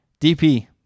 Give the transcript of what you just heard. DP